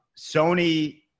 Sony